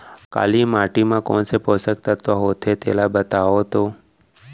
काली माटी म कोन से पोसक तत्व होथे तेला बताओ तो?